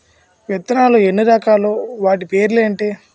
విత్తనాలు ఎన్ని రకాలు, వాటి పేర్లు ఏంటి?